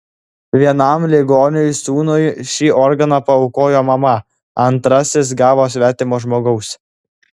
vienam ligoniui sūnui šį organą paaukojo mama antrasis gavo svetimo žmogaus